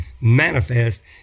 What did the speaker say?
manifest